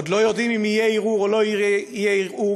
עוד לא יודעים אם יהיה ערעור או לא יהיה ערעור,